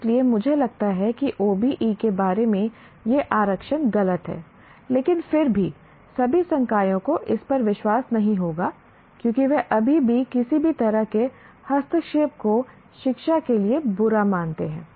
इसलिए मुझे लगता है कि OBE के बारे में ये आरक्षण गलत हैं लेकिन फिर भी सभी संकायों को इस पर विश्वास नहीं होगा क्योंकि वे अभी भी किसी भी तरह के हस्तक्षेप को शिक्षा के लिए बुरा मानते हैं